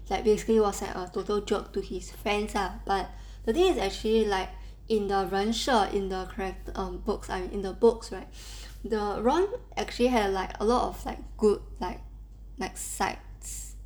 like basically was like a total joke to his friends ah but the thing is actually like in the 人设 in the charact~ in the books in the books right the ron actually had like a lot of like good vibes like sides